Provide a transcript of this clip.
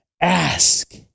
ask